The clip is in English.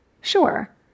Sure